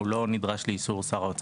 הוא לא נדרש לאישור שר האוצר.